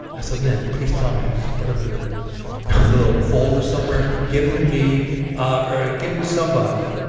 i said lin please tell me you just put them in a little folder somewhere give them to me or give them to somebody